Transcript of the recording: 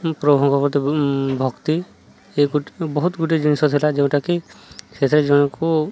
ପ୍ରଭୁଙ୍କ ପ୍ରତି ଭକ୍ତି ଏ ବହୁତ ଗୁଡ଼ିଏ ଜିନିଷ ଥିଲା ଯେଉଁଟାକି ସେଥିରେ ଜଣକୁ